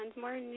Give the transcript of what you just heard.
more